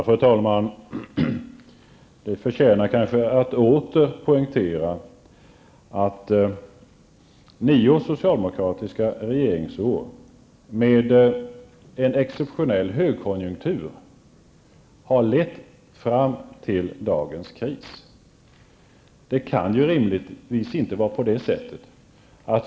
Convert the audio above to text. Fru talman! Det förtjänar kanske att åter poängteras att nio socialdemokratiska regeringsår med en exeptionell högkonjunktur har lett fram till dagens kris.